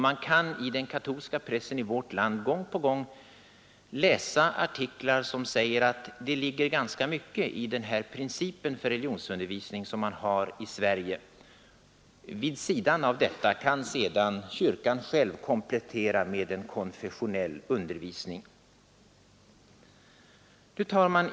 Man kan i den katolska pressen i vårt land gång på gång läsa artiklar som säger att det ligger ganska mycket i den princip för religionsundervisning som vi har i Sverige. Vid sidan av denna kan sedan kyrkan själv komplettera med en konfessionell undervisning.